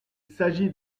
s’agit